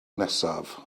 nesaf